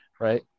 right